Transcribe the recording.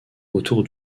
autour